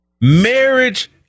Marriage